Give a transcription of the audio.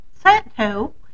Santo